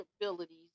abilities